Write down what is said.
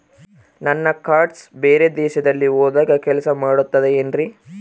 ನನ್ನ ಕಾರ್ಡ್ಸ್ ಬೇರೆ ದೇಶದಲ್ಲಿ ಹೋದಾಗ ಕೆಲಸ ಮಾಡುತ್ತದೆ ಏನ್ರಿ?